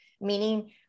meaning